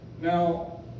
Now